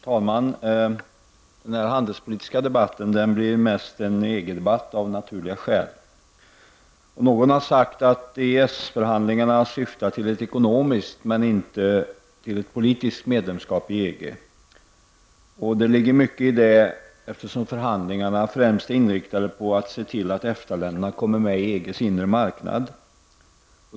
Herr talman! Den här handelspolitiska debatten blir av naturliga skäl mest en EG-debatt. Någon har sagt att EES-förhandlingarna syftar till ett ekonomiskt men inte till ett politiskt medlemskap i EG. Det ligger mycket i detta eftersom förhandlingarna främst är inriktade på att se till att EFTA-länderna kommer med i EGs inre marknad.